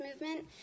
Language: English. movement